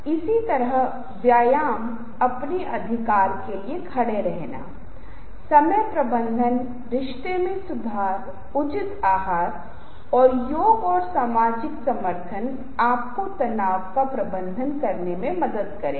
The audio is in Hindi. इसलिए फिर से आप देखते हैं कि ये विभिन्न प्रकार के एनिमेशन के उदाहरण हैं और आप पाते हैं कि वह कुछ मामलों में बहुत परेशान करते हैं